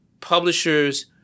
publishers